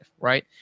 Right